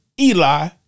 Eli